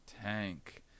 tank